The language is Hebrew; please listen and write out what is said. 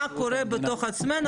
מה קורה בתוך עצמנו,